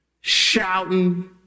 shouting